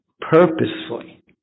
purposefully